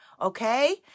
Okay